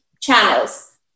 channels